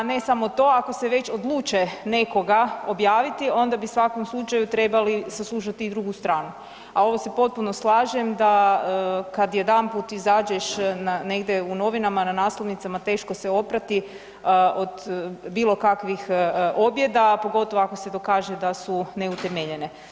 Ne samo to, ako se već odluče nekoga objaviti, onda bi u svakom slučaju trebali saslušati i drugu stranu, a ovo se potpuno slažem, da kad jedanput izađeš negdje u novinama, na naslovnicama, teško se oprati od bilo kakvih objeda, pogotovo ako se dokaže da su neutemeljene.